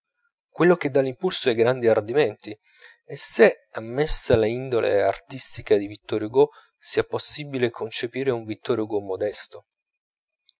quello che dà l'impulso ai grandi ardimenti e se ammessa la indole artistica di vittor hugo sia possibile concepire un vittor hugo modesto